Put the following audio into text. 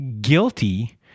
guilty